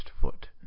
foot